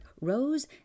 rose